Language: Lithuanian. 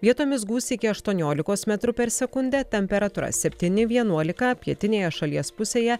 vietomis gūsiai iki aštuoniolikos metrų per sekundę temperatūra septyni vienuolika pietinėje šalies pusėje